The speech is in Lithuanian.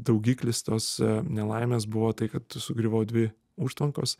daugiklis tos nelaimės buvo tai kad sugriuvo dvi užtvankos